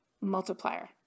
multiplier